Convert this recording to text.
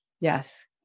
Yes